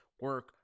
Work